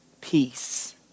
Peace